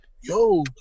Yo